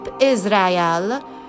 Israel